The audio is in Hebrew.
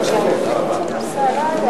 2), התשע"א 2011,